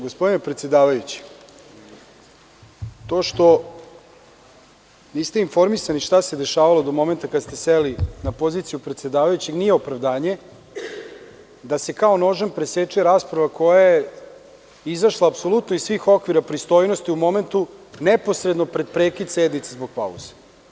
Gospodine predsedavajući, to što niste informisani šta se dešavalo do momenta kada ste seli na poziciju predsedavajućeg nije opravdanje da se kao nožem preseče rasprava koja je izašla apsolutno iz svih okvira pristojnosti u momentu neposredno pred prekid sednice zbog pauze.